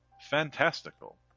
Fantastical